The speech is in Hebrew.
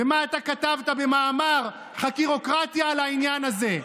ומה אתה כתבת במאמר חקירוקרטיה על העניין הזה.